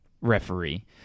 referee